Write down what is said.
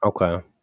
okay